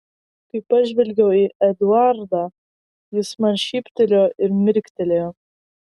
kai pažvelgiau į eduardą jis man šyptelėjo ir mirktelėjo